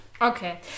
Okay